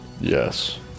Yes